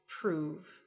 prove